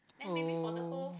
oh